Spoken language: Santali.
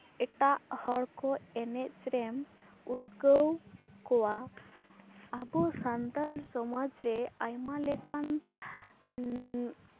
ᱮᱴᱟᱜ ᱦᱚᱲ ᱠᱚ ᱮᱱᱮᱡ ᱨᱮᱢ ᱩᱫᱜᱟᱹᱣ ᱠᱚᱣᱟ ᱟᱵᱚ ᱥᱟᱱᱛᱟᱞ ᱥᱚᱢᱟᱡᱽ ᱨᱮ ᱟᱭᱢᱟ ᱞᱮᱠᱟᱱ